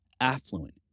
affluent